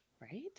Right